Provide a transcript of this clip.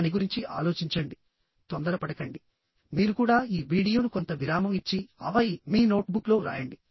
దాని గురించి ఆలోచించండి తొందరపడకండి మీరు కూడా ఈ వీడియోను కొంత విరామం ఇచ్చి ఆపై మీ నోట్ బుక్లో వ్రాయండి